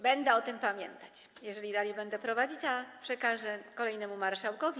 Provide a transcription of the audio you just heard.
Będę o tym pamiętać, jeżeli dalej będę prowadzić obrady, albo przekażę kolejnemu marszałkowi.